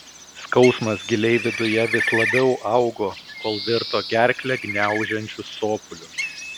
skausmas giliai viduje vis labiau augo kol virto gerklę gniaužiančiu sopuliu